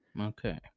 Okay